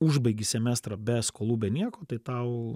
užbaigi semestrą be skolų be nieko tai tau